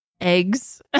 eggs